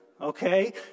Okay